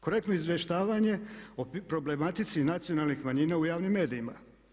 Korektno izvještavanje o problematici nacionalnih manjina u javnim medijima.